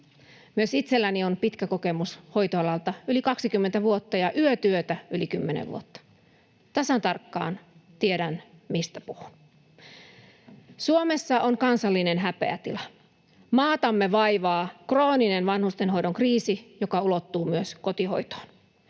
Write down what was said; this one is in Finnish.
Myös itselläni on pitkä kokemus hoitoalalta, yli 20 vuotta, yötyötä yli 10 vuotta. Tasan tarkkaan tiedän, mistä puhun. Suomessa on kansallinen häpeätila. Maatamme vaivaa krooninen vanhustenhoidon kriisi, joka ulottuu myös kotihoitoon.